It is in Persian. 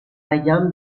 نگم